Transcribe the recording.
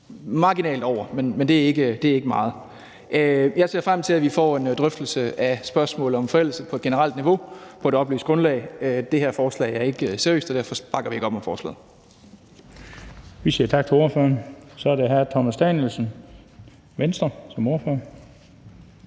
marginalt over det, men det er ikke meget. Jeg ser frem til, at vi får en drøftelse af spørgsmålet om forældelse på et generelt niveau og på et oplyst grundlag. Det her forslag er ikke seriøst, og derfor bakker vi ikke op om forslaget. Kl. 16:15 Den fg. formand (Bent Bøgsted): Vi siger tak til ordføreren. Så er det hr. Thomas Danielsen, Venstre, som ordfører.